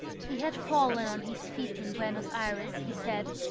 he had fallen on his feet in buenos ayres, he said,